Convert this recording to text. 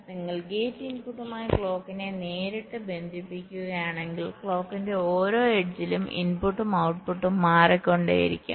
നിങ്ങൾ ഗേറ്റ് ഇൻപുട്ടുമായി ക്ലോക്കിനെ നേരിട്ട് ബന്ധിപ്പിക്കുകയാണെങ്കിൽ ക്ലോക്കിന്റെ ഓരോ എഡ്ജിലും ഇൻപുട്ടും ഔട്ട്പുട്ടും മാറിക്കൊണ്ടിരിക്കും